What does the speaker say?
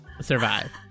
survive